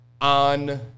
on